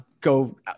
go